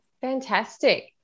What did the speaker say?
fantastic